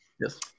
yes